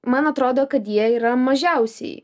man atrodo kad jie yra mažiausiai